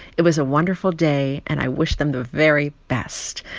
it was a wonderful day, and i wish them the very best.